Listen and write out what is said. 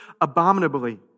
abominably